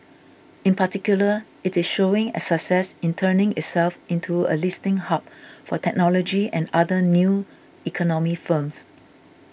in particular it is showing a success in turning itself into a listing hub for technology and other 'new economy' firms